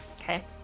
Okay